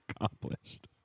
accomplished